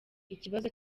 ikibazo